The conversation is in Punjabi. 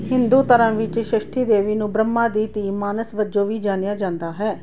ਹਿੰਦੂ ਧਰਮ ਵਿੱਚ ਸ਼ਸ਼ਠੀ ਦੇਵੀ ਨੂੰ ਬ੍ਰਹਮਾ ਦੀ ਧੀ ਮਾਨਸ ਵਜੋਂ ਵੀ ਜਾਣਿਆ ਜਾਂਦਾ ਹੈ